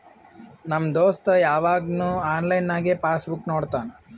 ನಮ್ ದೋಸ್ತ ಯವಾಗ್ನು ಆನ್ಲೈನ್ನಾಗೆ ಪಾಸ್ ಬುಕ್ ನೋಡ್ತಾನ